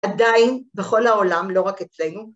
עדיין בכל העולם, לא רק אצלנו.